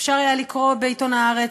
אפשר היה לקרוא בעיתון "הארץ",